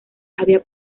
había